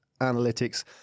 analytics